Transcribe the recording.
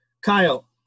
Kyle